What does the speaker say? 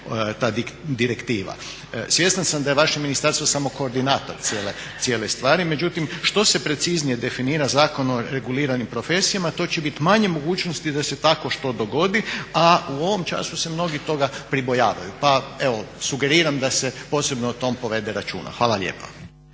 ta direktiva. Svjestan sam da je vaše ministarstvo samo koordinator cijele stvari, međutim što se preciznije definira Zakon o reguliranim profesijama to će biti manje mogućnosti da se takvo što dogodi, a u ovom času se mnogi toga pribojavaju. Pa evo sugeriram da se posebno o tom povede računa. Hvala lijepa.